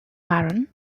baron